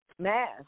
mass